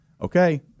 Okay